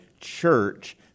church